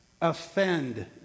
offend